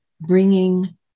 bringing